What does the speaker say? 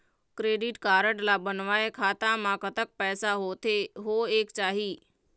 Credit card ला बनवाए खाता मा कतक पैसा होथे होएक चाही?